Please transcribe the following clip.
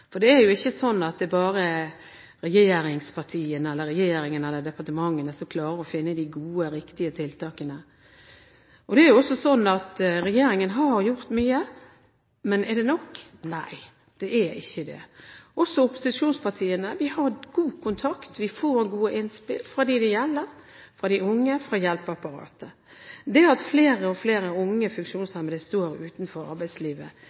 finne de gode og riktige tiltakene. Regjeringen har gjort mye, men er det nok? Nei, det er ikke det. Opposisjonspartiene har også god kontakt – vi får gode innspill fra dem det gjelder, fra de unge og fra hjelpeapparatet. Det at flere og flere unge funksjonshemmede står utenfor arbeidslivet,